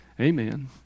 amen